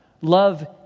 Love